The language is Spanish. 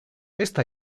esta